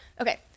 okay